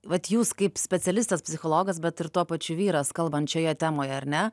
vat jūs kaip specialistas psichologas bet ir tuo pačiu vyras kalbant šioje temoje ar ne